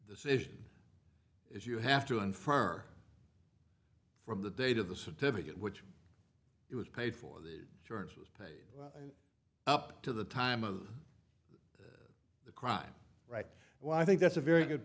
issue is you have to infer from the date of the certificate which it was paid for george was paid up to the time of the crime right well i think that's a very good